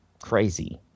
crazy